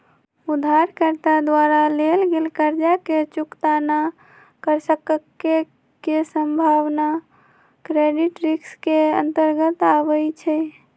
उधारकर्ता द्वारा लेल गेल कर्जा के चुक्ता न क सक्के के संभावना क्रेडिट रिस्क के अंतर्गत आबइ छै